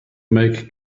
make